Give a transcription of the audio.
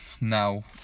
now